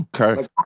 Okay